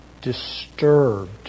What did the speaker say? disturbed